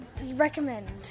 recommend